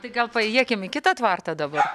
tai gal paėjėkim į kitą tvartą dabar